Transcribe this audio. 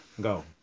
Go